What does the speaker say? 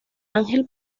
ángel